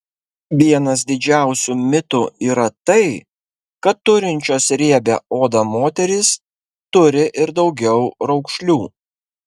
vienas didžiausių mitų yra tai kad turinčios riebią odą moterys turi ir daugiau raukšlių